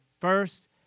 first